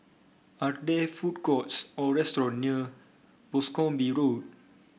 are there food courts or restaurant near Boscombe Road